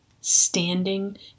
Standing